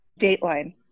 Dateline